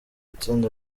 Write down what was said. itsinda